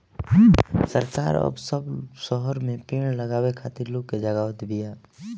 सरकार अब सब शहर में पेड़ लगावे खातिर लोग के जगावत बिया